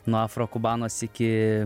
nuo afrokubanos iki